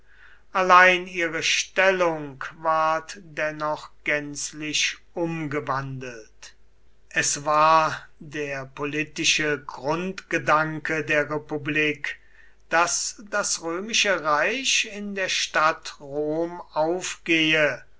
allein ihre stellung ward dennoch gänzlich umgewandelt es war der politische grundgedanke der republik daß das römische reich in der stadt rom aufgehe